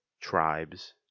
tribes